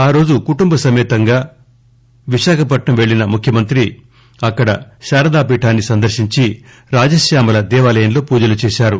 ఈరోజు కుటుంబసమేతంగా విశాఖపట్సం వెళ్ళిన ముఖ్యమంత్రి అక్కడ శారదాపీఠాన్ని సందర్శించి రాజశ్యామల దేవాలయంలో పూజలుచేసారు